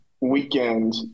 weekend